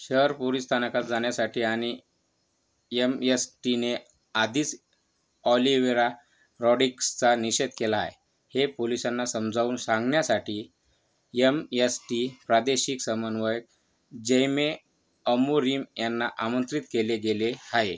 शहर पोलीस स्थानकात जाण्यासाठी आणि यम यस टीने आधीच ऑलिव्हेरा रॉडीग्सचा निषेध केलाय हे पोलिसांना समजावून सांगण्यासाठी यम यस टी प्रादेशिक समन्वयक जेयमे अमोरीम यांना आमंत्रित केले गेले आहे